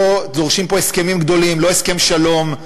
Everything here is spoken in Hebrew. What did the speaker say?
לא דורשים פה הסכמים גדולים, לא הסכם שלום.